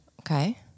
Okay